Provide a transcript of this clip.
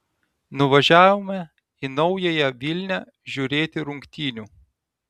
nuvažiavome į naująją vilnią žiūrėti rungtynių